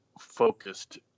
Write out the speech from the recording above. focused